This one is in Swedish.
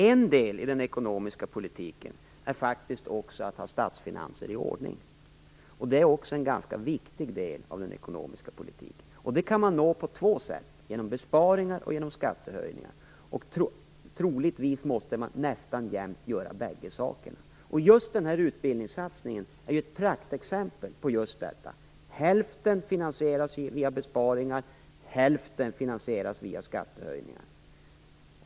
En del i den ekonomiska politiken är också att ha statsfinanserna i ordning. Det är också en viktig del av den ekonomiska politiken. Det kan man åstadkomma på två sätt: genom besparingar och genom skattehöjningar. Nästan alltid krävs båda delarna. Just utbildningssatsningen är ett praktexempel på detta. Hälften finansieras via besparingar, hälften finansieras via skattehöjningar.